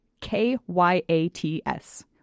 K-Y-A-T-S